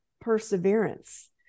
perseverance